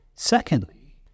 Secondly